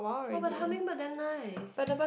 !wah! but hummingbird damn nice